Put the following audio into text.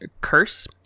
curse